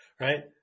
right